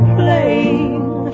playing